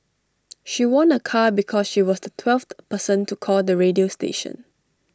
she won A car because she was the twelfth person to call the radio station